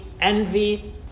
envy